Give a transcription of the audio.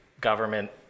government